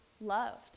loved